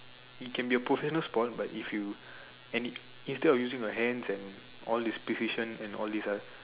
it can be a professional sport but if you and in~ instead of using your hands and all this position and all this ah